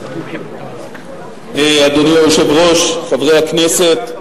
אדוני היושב-ראש, חברי הכנסת,